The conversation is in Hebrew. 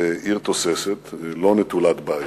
עיר תוססת, לא נטולת בעיות.